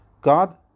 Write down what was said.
God